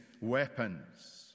weapons